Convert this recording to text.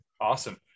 Awesome